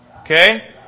Okay